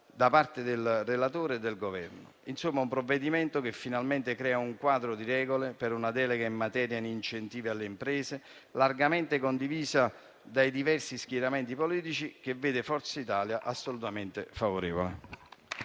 da parte del relatore e del Governo. Insomma, si tratta di un provvedimento che finalmente crea un quadro di regole per una delega in materia di incentivi alle imprese largamente condivisa dai diversi schieramenti politici e che vede Forza Italia assolutamente favorevole.